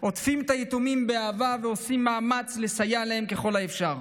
מדינת ישראל עוטפת את היתומים באהבה ועושה מאמץ לסייע להם ככל האפשר.